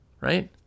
right